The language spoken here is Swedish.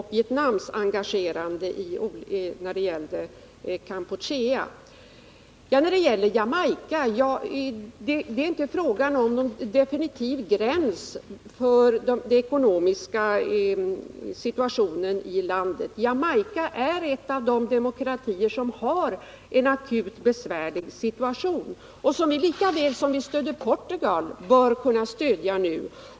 I fråga om Jamaica gäller det inte någon definitiv gräns för den ekonomiska situationen i landet. Jamaica är en av de demokratier som har en akut besvärlig situation. Lika väl som vi stödde Portugal bör vi nu kunna stödja Jamaica.